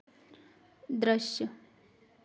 दृश्य